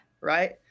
right